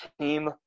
Team